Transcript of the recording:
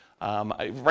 Right